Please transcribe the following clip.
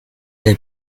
der